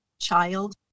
child